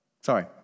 sorry